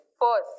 first